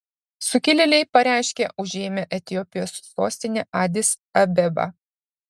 sukilėliai pareiškė užėmę etiopijos sostinę adis abebą